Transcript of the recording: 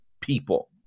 people